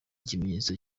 ikimenyetso